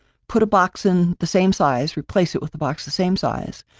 put a box in the same size, replace it with the box the same size,